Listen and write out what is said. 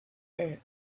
earth